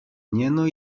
njeno